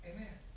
Amen